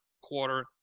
quarter